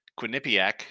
Quinnipiac